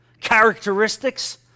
characteristics